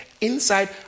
inside